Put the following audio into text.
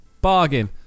bargain